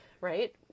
right